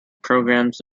programs